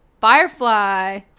firefly